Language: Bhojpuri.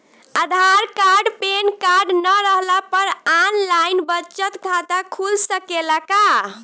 आधार कार्ड पेनकार्ड न रहला पर आन लाइन बचत खाता खुल सकेला का?